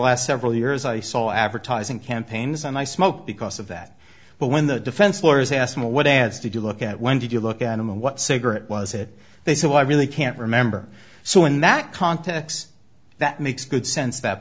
last several years i saw advertising campaigns and i smoked because of that but when the defense lawyers asked me what ads to do look at when did you look at them and what cigarette was it they said well i really can't remember so in that context that makes good sense that